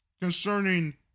concerning